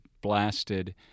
blasted